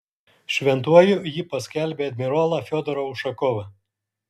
šventuoju ji paskelbė admirolą fiodorą ušakovą